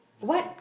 what